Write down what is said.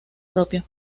propio